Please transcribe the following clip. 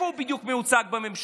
איפה בדיוק הוא מיוצג בממשלה,